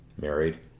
married